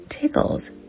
tickles